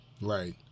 Right